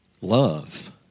love